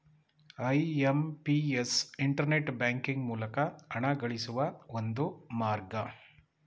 IMPS internet banking ಮೂಲಕ ಹಣಗಳಿಸುವ ಒಂದು ಮಾರ್ಗ